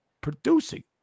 producing